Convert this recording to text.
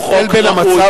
הוא חוק ראוי,